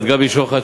את גבי שוחט,